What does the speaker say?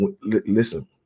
listen